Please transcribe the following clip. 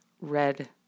red